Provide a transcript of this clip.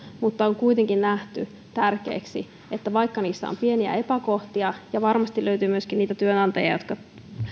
mutta on kuitenkin nähty tärkeäksi että vaikka on pieniä epäkohtia ja varmasti löytyy myöskin niitä työnantajia jotka